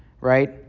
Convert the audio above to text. right